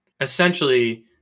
essentially